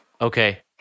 Okay